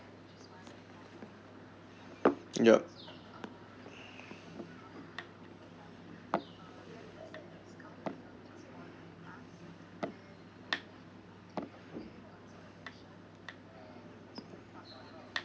ya